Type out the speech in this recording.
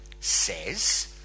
says